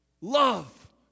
Love